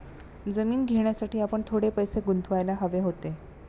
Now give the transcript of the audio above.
जमीन घेण्यासाठी आपण थोडे पैसे गुंतवायला हवे होते